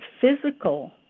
physical